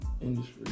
industry